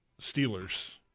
Steelers